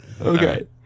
Okay